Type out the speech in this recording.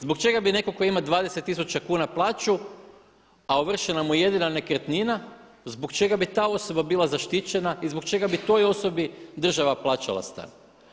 Zbog čega bi neko ko ima 20 tisuća kuna plaću a ovršena mu je jedina nekretnina zbog čega bi ta osoba bila zaštićena i zbog čega bi toj osobi država plaćala stan?